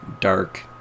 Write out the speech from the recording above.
dark